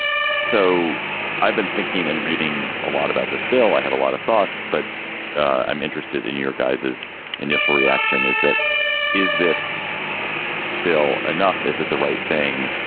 so i've been thinking and reading a lot about this bill. i have a lot of thoughts, but i'm interested in your guys's initial reaction is that is this bill enough? is it the right thing?